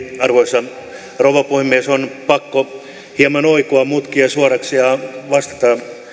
arvoisa rouva puhemies on pakko hieman oikoa mutkia suoraksi ja vastata